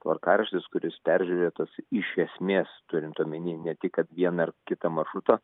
tvarkaraštis kuris peržiūrėtas iš esmės turint omeny ne tik kad vieną ar kitą maršrutą